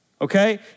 Okay